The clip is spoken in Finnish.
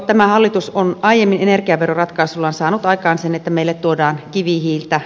tämä hallitus on jo aiemmin energiaveroratkaisuillaan saanut aikaan sen että meille tuodaan kivihiiltä